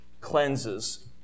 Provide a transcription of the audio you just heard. cleanses